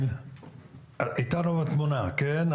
העלה, הוא מדבר על תכנית הסדרה בעצם.